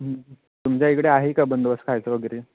तुमच्या इकडे आहे का बंदोबस्त खायचं वगैरे